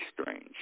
strange